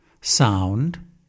sound